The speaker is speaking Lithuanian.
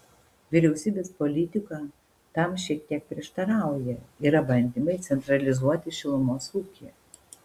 vyriausybės politika tam šiek tiek prieštarauja yra bandymai centralizuoti šilumos ūkį